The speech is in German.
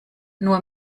nur